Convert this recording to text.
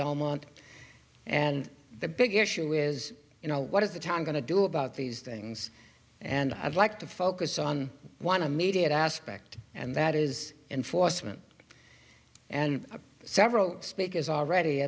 belmont and the big issue is you know what is the time going to do about these things and i'd like to focus on one immediate aspect and that is enforcement and several speakers already